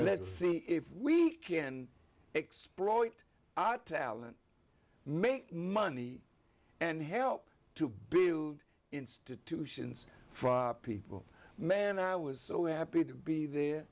let's see if we can exploit our talent make money and help to build institutions for people man i was so happy to be there